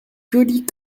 jolie